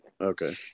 Okay